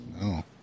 No